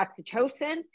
oxytocin